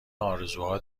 ارزوها